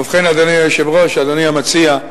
ובכן, אדוני היושב-ראש, אדוני המציע,